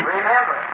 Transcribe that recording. Remember